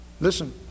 Listen